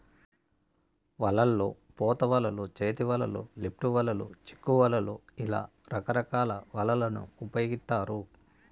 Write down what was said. వలల్లో పోత వలలు, చేతి వలలు, లిఫ్ట్ వలలు, చిక్కు వలలు ఇలా రకరకాల వలలను ఉపయోగిత్తారు